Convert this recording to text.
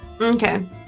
okay